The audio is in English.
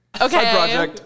Okay